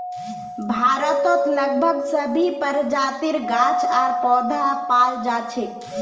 भारतत लगभग सभी प्रजातिर गाछ आर पौधा पाल जा छेक